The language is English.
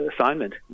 assignment